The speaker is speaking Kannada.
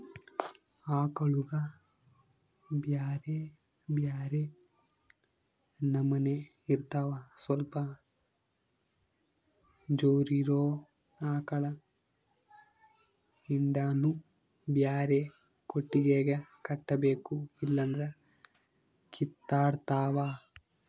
ಆಕಳುಗ ಬ್ಯೆರೆ ಬ್ಯೆರೆ ನಮನೆ ಇರ್ತವ ಸ್ವಲ್ಪ ಜೋರಿರೊ ಆಕಳ ಹಿಂಡನ್ನು ಬ್ಯಾರೆ ಕೊಟ್ಟಿಗೆಗ ಕಟ್ಟಬೇಕು ಇಲ್ಲಂದ್ರ ಕಿತ್ತಾಡ್ತಾವ